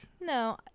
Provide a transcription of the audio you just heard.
no